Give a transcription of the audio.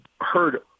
heard